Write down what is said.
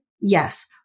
Yes